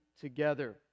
together